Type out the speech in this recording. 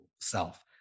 self